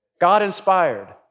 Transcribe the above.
God-inspired